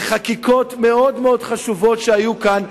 בחקיקות מאוד-מאוד חשובות שהיו כאן,